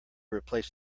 replace